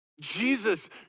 Jesus